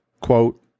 Quote